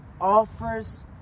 offers